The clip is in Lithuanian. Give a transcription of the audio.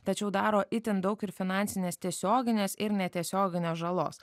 tačiau daro itin daug ir finansinės tiesioginės ir netiesioginės žalos